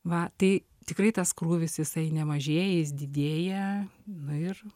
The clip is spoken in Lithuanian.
va tai tikrai tas krūvis jisai nemažėja jis didėja na ir